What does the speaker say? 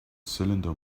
cylinder